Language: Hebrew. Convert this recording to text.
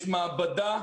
יש מעבדה,